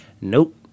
Nope